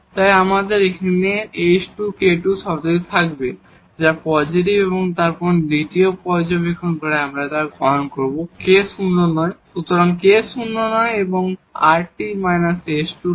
তাই আমাদের এখানে h2k2 টার্মটি থাকবে যা পজিটিভ এবং তারপর দ্বিতীয় পর্যবেক্ষণ যা আমরা গ্রহণ করব k শূন্য নয় এবং এই rt − s2 0